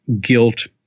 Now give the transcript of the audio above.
guilt